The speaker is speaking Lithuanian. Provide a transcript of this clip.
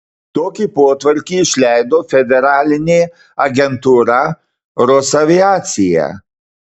tokį potvarkį išleido federalinė agentūra rosaviacija